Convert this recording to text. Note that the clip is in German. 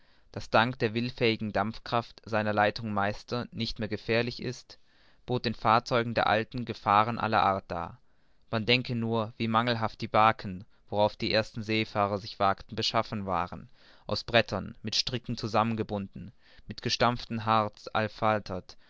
das dank der willfährigen dampfkraft seiner leitung meister nicht mehr gefährlich ist bot den fahrzeugen der alten gefahren aller art dar man denke nur wie mangelhaft die barken worauf die ersten seefahrer sich wagten beschaffen waren aus brettern mit stricken zusammengebunden mit gestampftem harz